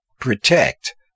Protect